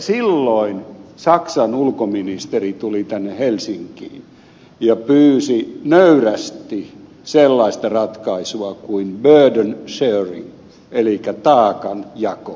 silloin saksan ulkoministeri tuli tänne helsinkiin ja pyysi nöyrästi sellaista ratkaisua kuin burden sharing elikkä taakanjakoratkaisua